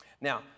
now